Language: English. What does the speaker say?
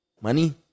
money